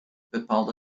bepaalde